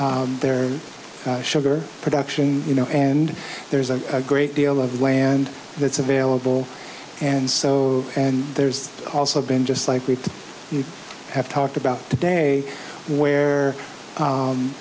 had their sugar production you know and there's a great deal of land that's available and so and there's also been just like we have talked about today where